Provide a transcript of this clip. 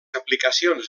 aplicacions